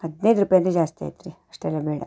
ಹದಿನೈದು ರೂಪಾಯಿ ಅಂದರೆ ಜಾಸ್ತಿ ಆಯ್ತುರೀ ಅಷ್ಟೆಲ್ಲ ಬೇಡ